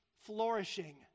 flourishing